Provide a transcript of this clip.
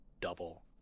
double